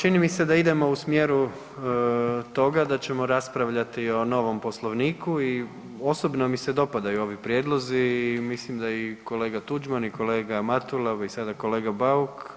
Čini mi se da idemo u smjeru toga da ćemo raspravljati o novom Poslovniku i osobno mi se dopadaju ovi prijedlozi i mislim da i kolega Tuđman i kolega Matula i sad kolega Bauk